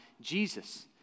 Jesus